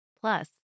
Plus